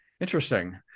interesting